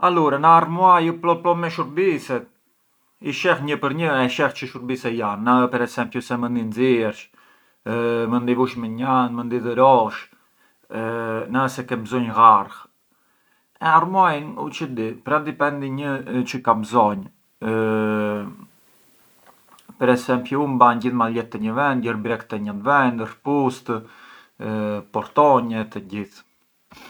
Allra nga armuai ë plot plot me shurbise, i sheh një për një e sheh çë shurbise jan, nga sheh per esempiu se mënd i nxiersh, mënd i vush mbi një anë, mënd i dhurosh na ë se ke mbzonjë llargh, e armuain u çë di, pran dipendi një çë ka mbzonj, per esempiu u mbanj gjith maljet te një vend, gjith brekt te një vend, këpucët, portonjet e gjithë.